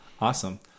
Awesome